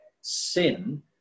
sin